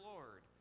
Lord